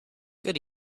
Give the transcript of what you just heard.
good